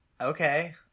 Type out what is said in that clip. Okay